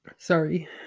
Sorry